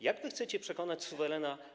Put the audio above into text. Jak chcecie przekonać suwerena?